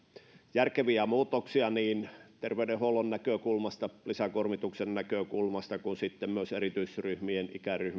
järkeviä muutoksia niin terveydenhuollon näkökulmasta lisäkuormituksen näkökulmasta kuin sitten myös erityisryhmien